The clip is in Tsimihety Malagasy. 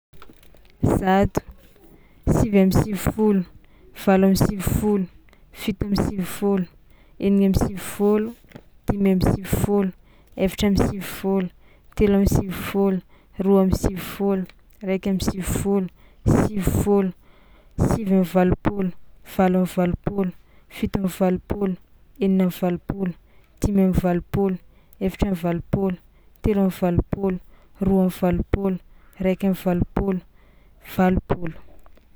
Zato, sivy amby sivifolo, valo amby sivifolo, fito amby sivifôlo, enigna amby sivifôlo, dimy amby sivifôlo, efatra amby sivifôlo, telo amby sivifôlo, roa amby sivifôlo, raiky amby sivifôlo, sivifôlo, sivy am'valopôlo, valo am'valopôlo, fito am'valopôlo, enina am'valopôlo, dimy am'valopôlo, efatra am'valopôlo, telo am'valopôlo, roa am'valopôlo, raiky am'valopôlo, valopôlo.